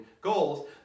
goals